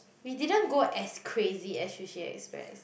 we didn't go as crazy as Sushi Express